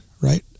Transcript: right